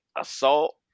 assault